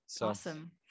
Awesome